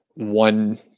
One